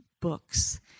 books